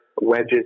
wedges